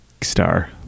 star